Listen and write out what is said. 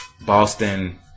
boston